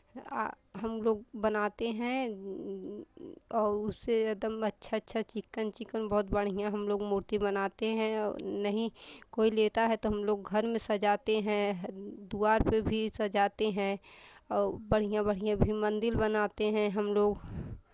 हम लोग बनाते हैं और उससे एकदम अच्छा अच्छा चिक्कन चिक्कन बहुत बढ़ियाँ हम लोग मूर्ती बनाते हैं और नहीं कोई लेता है तो हम लोग घर में सजाते हैं द्वार पे भी सजाते हैं और बढ़ियाँ बढ़ियाँ भी मन्दिर बनाते हैं हम लोग